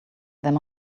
there